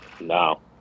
No